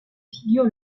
figure